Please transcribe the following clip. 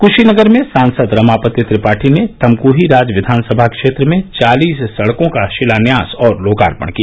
क्शीनगर में सांसद रमापति त्रिपाठी ने तमक्ही राज विधानसभा क्षेत्र र्म चालीस सड़कों का शिलान्यास और लोकार्पण किया